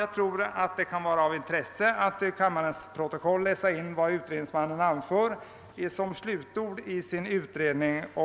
Jag tror det kan vara av intresse att i kammarens protokoll läsa in vad utredningsmannen anför som slutord i sin utredning.